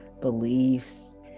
beliefs